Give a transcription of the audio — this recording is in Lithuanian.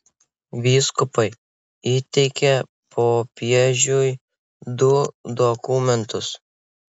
vyskupai įteikė popiežiui du dokumentus